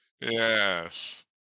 Yes